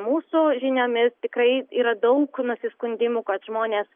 mūsų žiniomis tikrai yra daug nusiskundimų kad žmonės